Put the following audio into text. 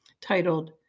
titled